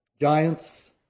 Giants